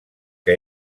que